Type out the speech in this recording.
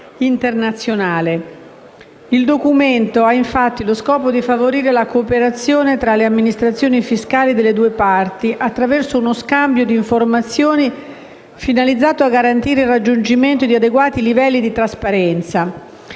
Il documento ha infatti lo scopo di favorire la cooperazione fra le amministrazioni fiscali delle due parti, attraverso uno scambio di informazioni finalizzato a garantire il raggiungimento di adeguati livelli di trasparenza.